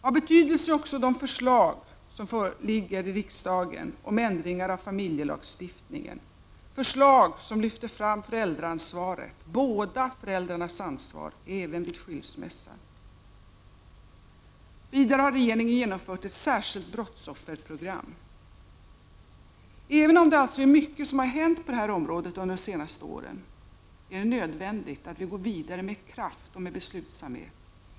Av betydelse är också de förslag som ligger i riksdagen om ändringar av familjelagstiftningen, där föräldraansvaret lyfts fram — båda föräldrarnas ansvar, även vid skilsmässa. Vidare har regeringen genomfört ett särskilt brottsofferprogram. Även om det alltså är mycket som har hänt på det här området under de senaste åren är det nödvändigt att vi går vidare med kraft och beslutsamhet.